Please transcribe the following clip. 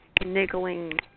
niggling